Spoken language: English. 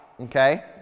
okay